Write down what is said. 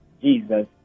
Jesus